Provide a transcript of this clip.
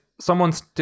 someone's